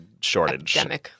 shortage